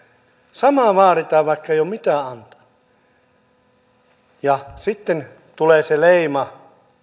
sama vaaditaan vaikka ei ole mitä antaa ja sitten tulee se leima